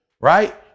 Right